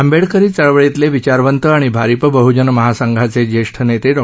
आंबेडकरी चळवळीतले विचारवंत आणि भारिप बहूजन महासंघाचे ज्येष्ठ नेते डॉ